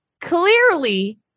clearly